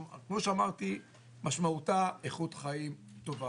כמו שאמרתי, משמעותה, איכות חיים טובה.